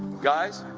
guys,